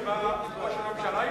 לא מהנקודה שבה ראש הממשלה הפסיק?